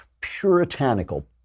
puritanical